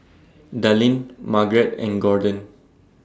Dallin Margret and Gorden